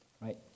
right